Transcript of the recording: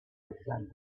descended